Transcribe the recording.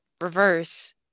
reverse